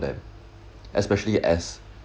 them especially as